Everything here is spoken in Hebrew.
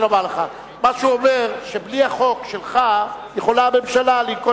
הוא אומר לך: בלי החוק שלך יכולה הממשלה לנקוט